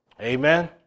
Amen